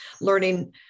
Learning